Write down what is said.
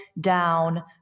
down